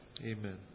Amen